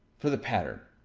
for the pattern.